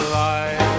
life